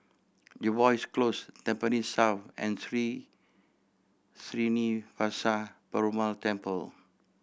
Jervois Close Tampines South and Sri Srinivasa Perumal Temple